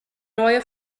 neue